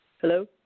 Hello